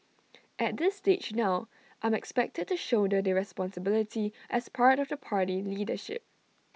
at this stage now I'm expected to shoulder the responsibility as part of the party leadership